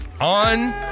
on